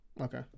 Okay